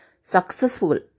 successful